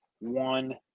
one